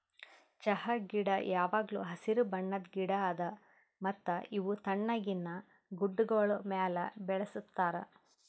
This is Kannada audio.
ಚಹಾ ಗಿಡ ಯಾವಾಗ್ಲೂ ಹಸಿರು ಬಣ್ಣದ್ ಗಿಡ ಅದಾ ಮತ್ತ ಇವು ತಣ್ಣಗಿನ ಗುಡ್ಡಾಗೋಳ್ ಮ್ಯಾಲ ಬೆಳುಸ್ತಾರ್